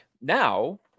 Now